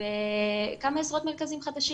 בכמה עשרות מרכזים חדשים,